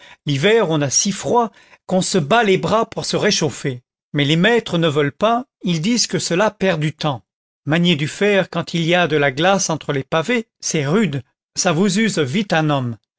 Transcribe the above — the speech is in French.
l'hiver on a si froid qu'on se bat les bras pour se réchauffer mais les maîtres ne veulent pas ils disent que cela perd du temps manier du fer quand il y a de la glace entre les pavés c'est rude ça vous use vite un homme